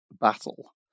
battle